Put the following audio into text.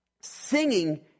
singing